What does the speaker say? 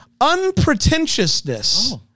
unpretentiousness